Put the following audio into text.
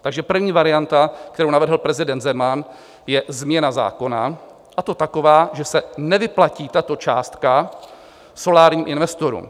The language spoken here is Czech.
Takže první varianta, kterou navrhl prezident Zeman, je změna zákona, a to taková, že se nevyplatí tato částka solárním investorům.